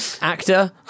Actor